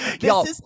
Y'all